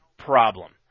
problem